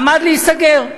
עמד להיסגר.